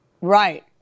Right